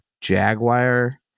Jaguar